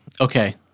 Okay